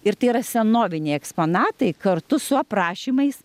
ir tai yra senoviniai eksponatai kartu su aprašymais